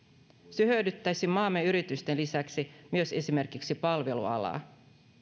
se hyödyttäisi maamme yritysten lisäksi myös esimerkiksi palvelualaa